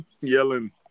yelling